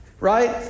Right